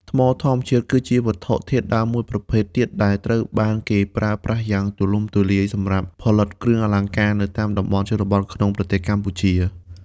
ថ្មធម្មជាតិ គឺជាវត្ថុធាតុដើមមួយប្រភេទទៀតដែលត្រូវបានគេប្រើប្រាស់យ៉ាងទូលំទូលាយសម្រាប់ផលិតគ្រឿងអលង្ការនៅតាមតំបន់ជនបទក្នុងប្រទេសកម្ពុជា។